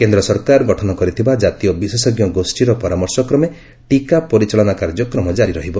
କେନ୍ଦ୍ର ସରକାର ଗଠନ କରଥିବା ଜାତୀୟ ବିଶେଷଜ୍ଞ ଗୋଷ୍ଠୀର ପରାମର୍ଶ କ୍ରମେ ଟିକା ପରିଚାଳନା କାର୍ଯ୍ୟକ୍ରମ ଜାରି ରହିବ